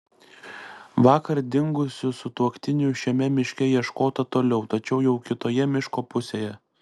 vakar dingusių sutuoktinių šiame miške ieškota toliau tačiau jau kitoje miško pusėje